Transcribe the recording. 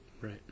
Right